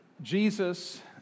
Jesus